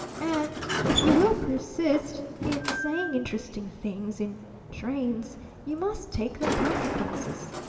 and if you will persist in saying interesting things in trains you must take the consequences!